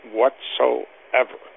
whatsoever